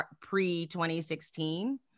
pre-2016